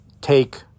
take